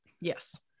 Yes